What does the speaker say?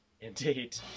indeed